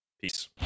Peace